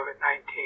COVID-19